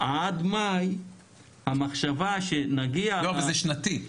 עד מאי המחשבה שנגיע --- לא, אבל זה שנתי.